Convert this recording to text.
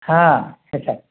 ಹಾಂ